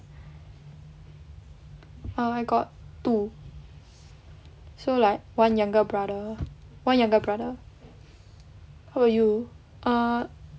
err I got two so like one younger brother one younger brother how about you